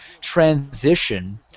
transition